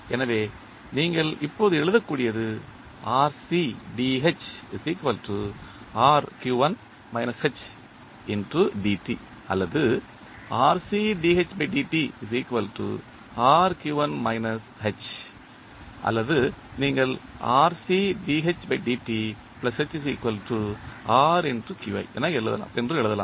எனவே நீங்கள் இப்போது எழுதக்கூடியது அல்லது அல்லது நீங்கள் என்று சொல்லலாம்